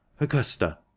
Augusta